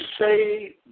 say